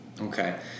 okay